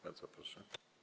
Bardzo proszę.